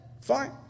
Fine